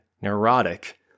neurotic